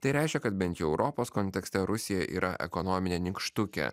tai reiškia kad bent jau europos kontekste rusija yra ekonominė nykštukė